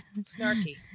snarky